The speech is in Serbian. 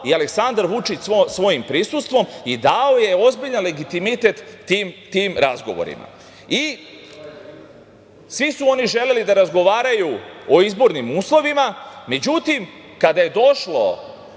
i Aleksandar Vučić svojim prisustvom i dao je ozbiljan legitimitet tim razgovorima i svi su oni želeli da razgovaraju o izbornim uslovima. Međutim, kada je došlo